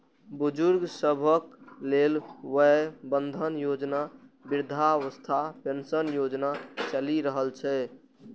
बुजुर्ग सभक लेल वय बंधन योजना, वृद्धावस्था पेंशन योजना चलि रहल छै